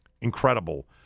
Incredible